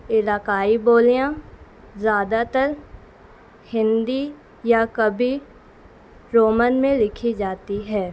علاقائی بولیاں زیادہ تر ہندی یا کبھی رومن میں لکھی جاتی ہے